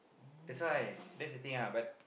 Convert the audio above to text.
that's why that's the thing ah but